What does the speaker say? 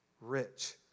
rich